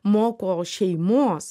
moko šeimos